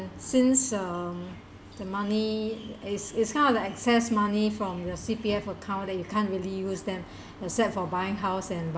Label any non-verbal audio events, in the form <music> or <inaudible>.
since um the money is is kind of like excess money from your C_P_F account that you can't really use them <breath> except for buying house and